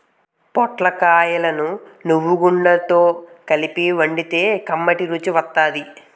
పొటల్స్ కాయలను నువ్వుగుండతో కలిపి వండితే కమ్మటి రుసి వత్తాది